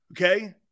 Okay